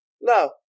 No